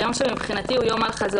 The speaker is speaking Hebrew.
היום שמבחינתי הוא יום אל-חזור,